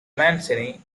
mancini